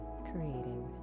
creating